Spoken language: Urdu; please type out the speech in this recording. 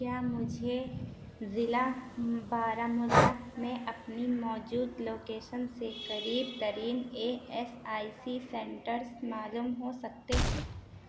کیا مجھے ضلع بارہ ملا میں اپنی موجود لوکیشن سے قریب ترین A S I C centres معلوم ہو سکتے ہیں